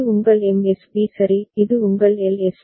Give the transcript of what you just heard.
இது உங்கள் MSB சரி இது உங்கள் LSB